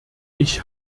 ich